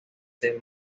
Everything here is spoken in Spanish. del